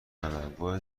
تنوع